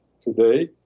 today